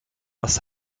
was